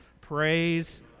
Praise